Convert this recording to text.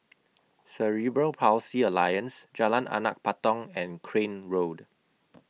Cerebral Palsy Alliance Jalan Anak Patong and Crane Road